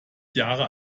jahre